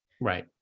Right